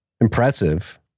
impressive